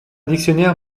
dictionnaire